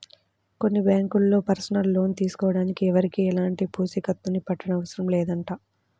కొన్ని బ్యాంకుల్లో personal loan తీసుకోడానికి ఎవరికీ ఎలాంటి పూచీకత్తుని పెట్టనవసరం లేదంట